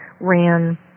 ran